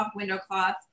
Windowcloth